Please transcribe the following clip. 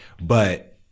but-